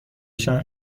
شهر